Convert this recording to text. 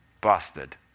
Busted